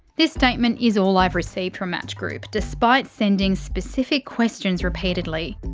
this statement is all i've received from match group, despite sending specific questions repeatedly.